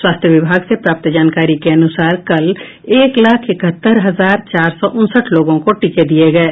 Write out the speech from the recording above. स्वास्थ्य विभाग से प्राप्त जानकारी के अनुसार कल एक लाख इकहत्तर हजार चार सौ उनसठ लोगों को टीके दिये गये